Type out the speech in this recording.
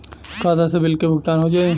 खाता से बिल के भुगतान हो जाई?